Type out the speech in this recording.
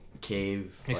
cave